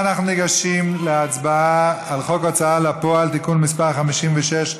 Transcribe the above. אנחנו ניגשים להצבעה על חוק ההוצאה לפועל (תיקון מס' 56),